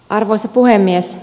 arvoisa puhemies